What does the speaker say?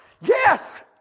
Yes